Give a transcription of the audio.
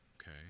Okay